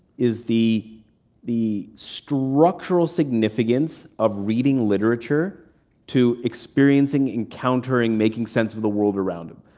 is the the structural significance of reading literature to experiencing, encountering, making sense of the world around him.